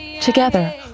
Together